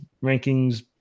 ranking's